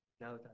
No